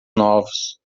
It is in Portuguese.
novos